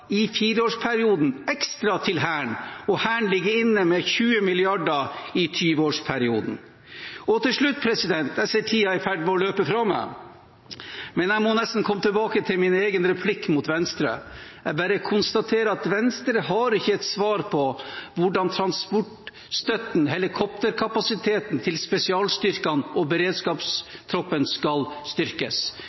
i fireårsperioden 6 mrd. kr ekstra til Hæren, og Hæren ligger inne med 20 mrd. kr i 20-årsperioden. Til slutt: Jeg ser at tiden er i ferd med å løpe fra meg, men jeg må nesten komme tilbake til min egen replikk til Venstre. Jeg bare konstaterer at Venstre ikke har noe svar på hvordan transportstøtten, helikopterkapasiteten til spesialstyrkene og beredskapstroppen skal styrkes.